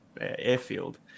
airfield